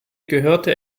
gehörte